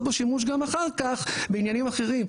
בו שימוש גם אחר כך בעניינים אחרים,